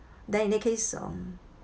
then in that case um